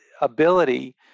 ability